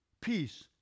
peace